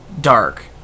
dark